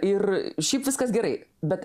ir šiaip viskas gerai bet